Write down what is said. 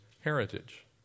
heritage